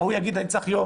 ההוא יגיד: אני צריך יום,